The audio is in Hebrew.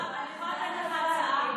אני יכולה לתת לך הצעה?